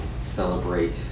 celebrate